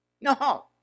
No